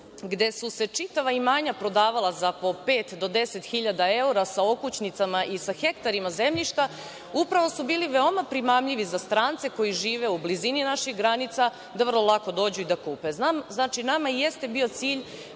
gde su se čitava imanja prodavala za po pet ili 10.000 evra sa okućnicama i sa hektarima zemljišta, upravo su bili veoma primamljivi za strance koji žive u blizini naših granica, da vrlo lako dođu i da kupe. Nama jeste bio cilj